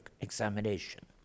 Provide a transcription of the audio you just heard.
examination